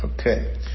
Okay